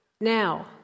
Now